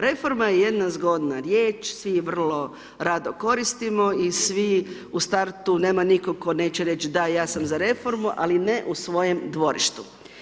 Reforma je jedna zgodna riječ svi je vrlo rado koristimo i svi u startu nema nitko ko neće reć da ja sam za reformu, ali ne u svojem dvorištu.